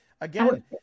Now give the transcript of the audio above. again